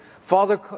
Father